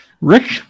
Rick